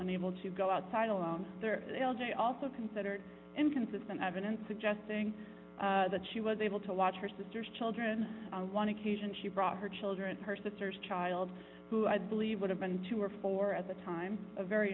unable to go outside alone l j also considered inconsistent evidence suggesting that she was able to watch her sister's children one occasion she brought her children her sister's child who i believe would have been two or four at the time a very